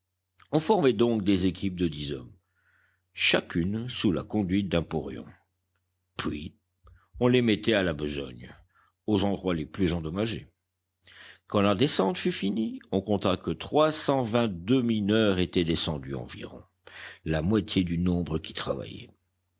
on formait donc des équipes de dix hommes chacune sous la conduite d'un porion puis on les mettait à la besogne aux endroits les plus endommagés quand la descente fut finie on compta que trois cent vingt-deux mineurs étaient descendus environ la moitié du nombre qui travaillait